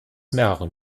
mehreren